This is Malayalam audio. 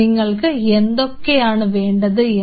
നിങ്ങൾക്ക് എന്തൊക്കെയാണ് വേണ്ടത് എന്ന്